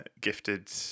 gifted